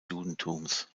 judentums